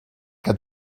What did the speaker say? que